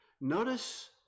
Notice